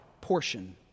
portion